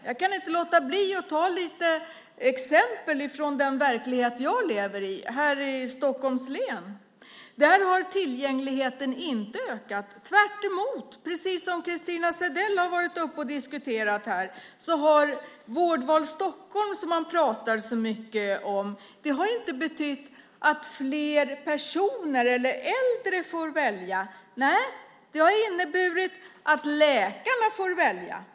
Jag kan inte låta bli att ta exempel från den verklighet jag lever i här i Stockholms län. Här har inte tillgängligheten ökat, tvärtemot. Precis som Christina Zedell här har sagt har Vårdval Stockholm, som man pratar så mycket om, inte betytt att fler äldre får välja. Nej, det har inneburit att läkarna får välja.